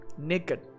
naked